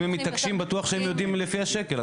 אם הם מתעקשים בטוח שהם יודעים לפי השקל,